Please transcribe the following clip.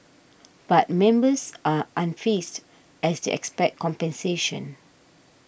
but members are unfazed as they expect compensation